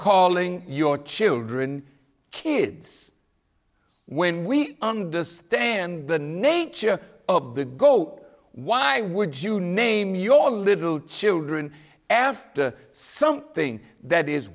calling your children kids when we understand the nature of the goat why would you name your little children after something that is